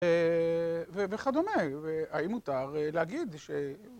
וכדומה, והאם מותר להגיד ש...